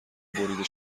بریده